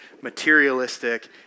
materialistic